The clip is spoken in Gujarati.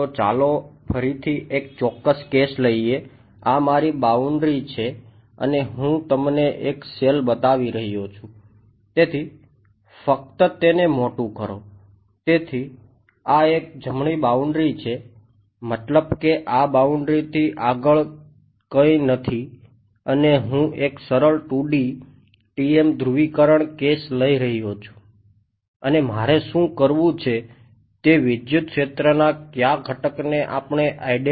તો ચાલો ફરીથી એક ચોક્કસ કેસ લઈએ આ મારી બાઉન્ડ્રી માં લાગુ કરવું જોઈએ